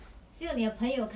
need to cover up like